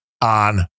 on